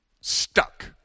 stuck